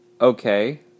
Okay